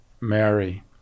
Mary